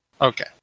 Okay